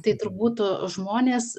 tai turbūt žmonės